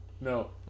no